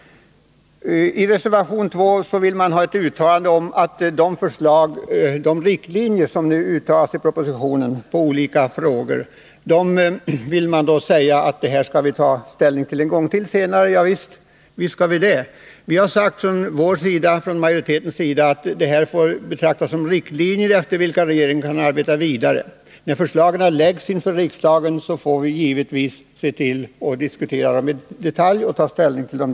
I reservation 2 säger socialdemokraterna att vi senare en gång till skall ta ställning till de riktlinjer som anges i propositionen. Ja, visst skall vi det. Majoriteten har uttalat att det här får betraktas som riktlinjer efter vilka regeringen kan arbeta vidare. När förslagen framläggs för riksdagen får vi givetvis diskutera dem i detalj och ta ställning till dem.